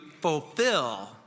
fulfill